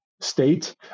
state